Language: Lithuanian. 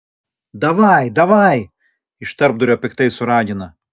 davai davaj iš tarpdurio piktai suragina